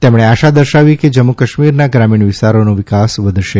તેમણે આશા દર્શાવી કે જમ્મુ કાશ્મીરના ગ્રામીણ વિસ્તારોનો વિકાસ વધશે